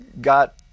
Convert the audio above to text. got